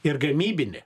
ir gamybinė